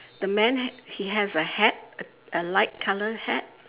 the man h~ he has a hat a a light colour hat